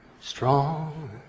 strong